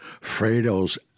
Fredo's